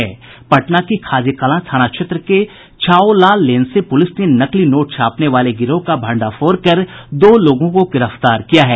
पटना के खाजेकलां थाना क्षेत्र के छाओलाल लेन से पुलिस ने नकली नोट छापने वाले गिरोह का भंडाफोड़ कर दो लोगों को गिरफ्तार किया है